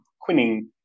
quinine